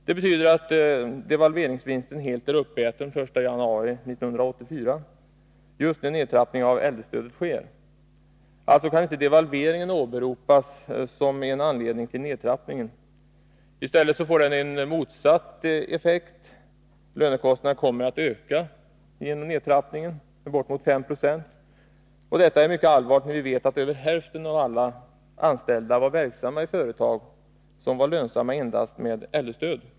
Devalveringsvinsten är helt uppäten den 1 januari 1984, just när nedtrappningen av äldrestödet sker. Alltså kan inte devalveringen åberopas som en anledning till nedtrappningen. I stället får den en motsatt effekt. Lönekostnaden kommer att öka med 5 90. Detta är mycket allvarligt, när vi vet att över hälften av alla anställda var verksamma i företag som var lönsamma endast med äldrestöd.